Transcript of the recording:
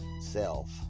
self